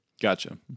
gotcha